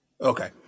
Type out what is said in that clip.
Okay